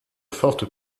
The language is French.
fortes